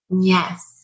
Yes